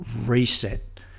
reset